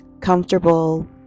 Comfortable